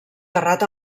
terrat